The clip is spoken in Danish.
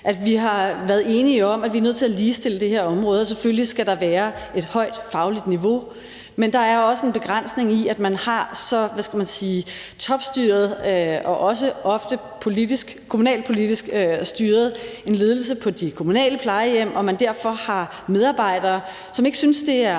at vi har været enige om, at vi er nødt til at ligestille det her område. Selvfølgelig skal der være et højt fagligt niveau, men der er også en begrænsning i, at man har så, hvad skal man sige, topstyret og også ofte kommunalpolitisk styret en ledelse på de kommunale plejehjem, og at man derfor har medarbejdere, som ikke synes, det er